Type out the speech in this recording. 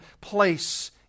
place